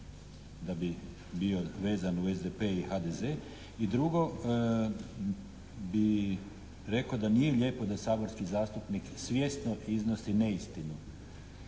da bi bio vezan uz SDP i HDZ. I drugo bih rekao da nije lijepo da saborski zastupnik svjesno iznosi neistinu